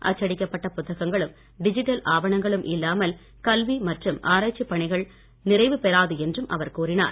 அச்சடிக்கப்பட்ட புத்தகங்களும் டிஜிட்டல் ஆவணங்களும் இல்லாமல் கல்வி மற்றும் ஆராய்ச்சி பணிகள் நிறைவு பெறாது என்றும் அவர் கூறினார்